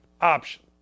option